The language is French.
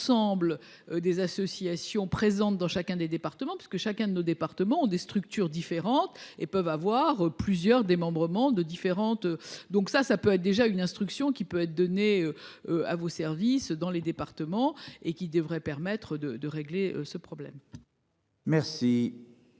l'ensemble des associations présentes dans chacun des départements parce que chacun de nos départements ont des structures différentes, et peuvent avoir plusieurs démembrement de différentes donc ça ça peut être déjà une instruction qui peut être donné. À vos services dans les départements et qui devrait permettre de de régler ce problème. Merci.